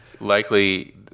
Likely